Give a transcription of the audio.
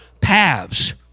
paths